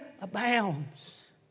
abounds